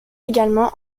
également